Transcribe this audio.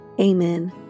Amen